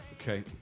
Okay